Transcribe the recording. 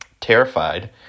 Terrified